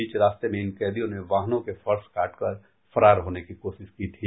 बीच रास्ते में इन कैदियों ने वाहनों के फर्श काटकर फरार होने की कोशिश की थी